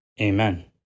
Amen